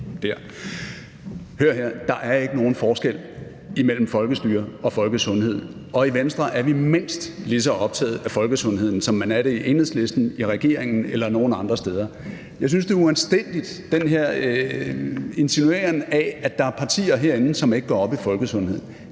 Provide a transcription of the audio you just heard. der er ikke nogen forskel imellem folkestyre og folkesundhed, og i Venstre er vi mindst lige så optagede af folkesundheden, som man er det i Enhedslisten, i regeringen eller nogen andre steder. Jeg synes, det er uanstændigt med den her insinueren af, at der er partier herinde, som ikke går op i folkesundhed.